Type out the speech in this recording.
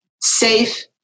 safe